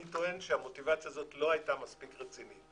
אני טוען שהמוטיבציה הזאת לא הייתה מספיק רצינית.